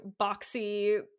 boxy